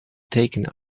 taken